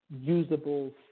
usable